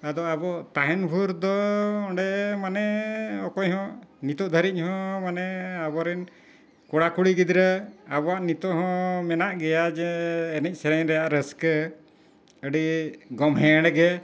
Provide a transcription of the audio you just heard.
ᱟᱫᱚ ᱟᱵᱚ ᱛᱟᱦᱮᱱ ᱵᱷᱳᱨ ᱫᱚ ᱚᱸᱰᱮ ᱢᱟᱱᱮ ᱚᱠᱚᱭ ᱦᱚᱸ ᱱᱤᱛᱳᱜ ᱫᱷᱟᱹᱨᱤᱡ ᱦᱚᱸ ᱢᱟᱱᱮ ᱟᱵᱚᱨᱮᱱ ᱠᱚᱲᱟ ᱠᱩᱲᱤ ᱜᱤᱫᱽᱨᱟᱹ ᱟᱵᱚᱣᱟᱜ ᱱᱤᱛᱳᱜ ᱦᱚᱸ ᱢᱮᱱᱟᱜ ᱜᱮᱭᱟ ᱡᱮ ᱮᱱᱮᱡ ᱥᱮᱨᱮᱧ ᱨᱮᱱᱟᱜ ᱨᱟᱹᱥᱠᱟᱹ ᱟᱹᱰᱤ ᱜᱚᱢᱦᱮᱲ ᱜᱮ